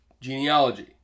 genealogy